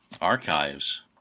archives